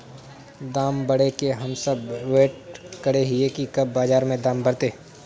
दाम बढ़े के हम सब वैट करे हिये की कब बाजार में दाम बढ़ते?